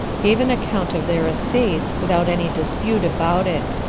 gave an account of their estates, without any dispute about it.